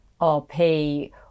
rp